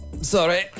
Sorry